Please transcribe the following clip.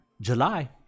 July